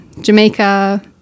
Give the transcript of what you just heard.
Jamaica